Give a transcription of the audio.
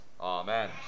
Amen